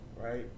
right